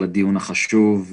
על הדיון החשוב.